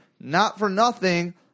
Not-for-nothing